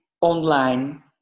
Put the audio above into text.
online